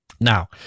Now